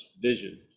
vision